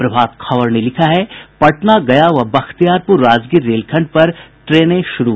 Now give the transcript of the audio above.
प्रभात खबर ने लिखा है पटना गया व बख्तियारपुर राजगीर रेलखंड पर ट्रेनें शुरू